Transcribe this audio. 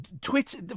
Twitter